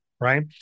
right